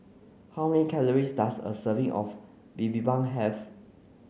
how many calories does a serving of Bibimbap have